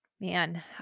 Man